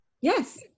Yes